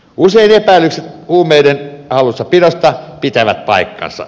usein epäilykset huumeiden hallussapidosta pitävät paikkansa